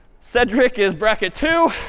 cedric is bracket two.